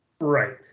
Right